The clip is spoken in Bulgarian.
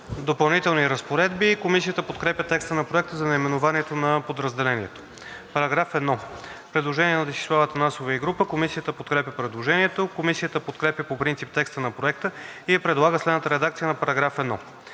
„Допълнителни разпоредби“ Комисията подкрепя текста на Проекта за наименованието на подразделението. По § 1 има предложение на Десислава Атанасова и група народни представители. Комисията подкрепя предложението. Комисията подкрепя по принцип текста на Проекта и предлага следната редакция на § 1: „§ 1.